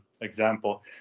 example